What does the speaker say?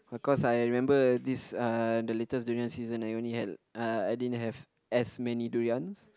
cause I remember this uh the latest durian season I only had uh I didn't have as many durians